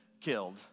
killed